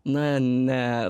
na ne